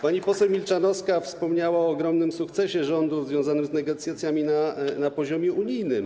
Pani poseł Milczanowska wspomniała o ogromnym sukcesie rządu związanym z negocjacjami na poziomie unijnym.